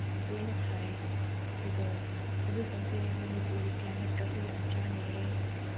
ꯌꯥꯝ ꯇꯣꯏꯅ ꯊꯥꯏ ꯑꯗꯨꯒ ꯑꯗꯨꯁꯤꯡꯁꯦ ꯃꯅꯤꯄꯨꯔꯒꯤ ꯀ꯭ꯂꯥꯏꯃꯦꯠꯀꯁꯨ ꯌꯥꯝ ꯆꯥꯟꯅꯩꯌꯦ